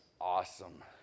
awesome